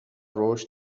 رشد